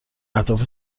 اهداف